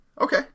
Okay